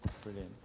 Brilliant